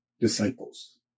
disciples